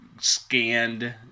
scanned